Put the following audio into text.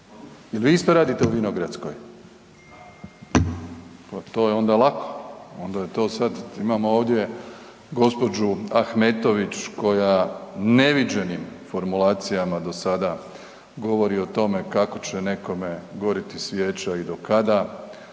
Pa to je onda lako. Onda je to sad, imamo ovdje gđu. Ahmetović koja neviđenim formulacijama do sada govori o tome kako će nekome gorjeti svijeća i do kada,